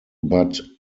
but